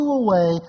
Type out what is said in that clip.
away